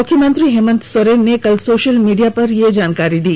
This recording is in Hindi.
मुख्यमंत्री हेमंत सोरेन ने कल सोशल मीडिया पर यह जानकारी दी